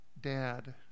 dad